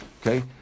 Okay